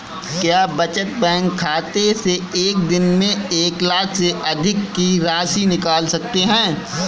क्या बचत बैंक खाते से एक दिन में एक लाख से अधिक की राशि निकाल सकते हैं?